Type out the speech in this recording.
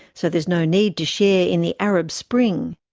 so there's no need to share in the arab spring.